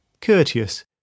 courteous